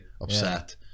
upset